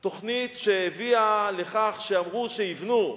תוכנית שהביאה לכך שאמרו שיבנו,